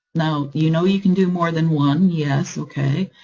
now you know you can do more than one, yes, okay.